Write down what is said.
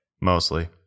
mostly